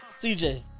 CJ